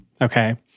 Okay